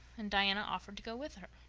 and diana offered to go with her.